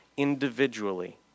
Individually